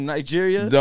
Nigeria